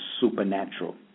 supernatural